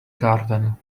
garden